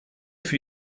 für